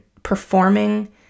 performing